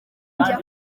njya